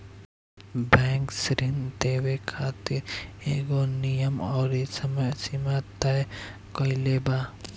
bank ऋण देवे खातिर एगो नियम अउरी समय सीमा तय कईले बा